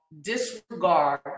disregard